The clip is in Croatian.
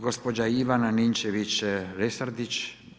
Gospođa Ivana Ninčević-Lesanrdić.